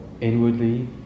inwardly